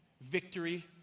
victory